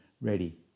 ready